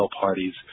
parties